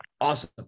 Awesome